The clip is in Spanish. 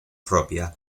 propia